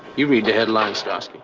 you read the headlines, starsky.